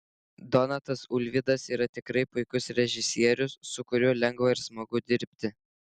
donatas ulvydas yra tikrai puikus režisierius su kuriuo lengva ir smagu dirbti